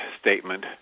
statement